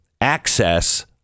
access